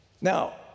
Now